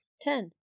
Ten